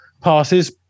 passes